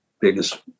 biggest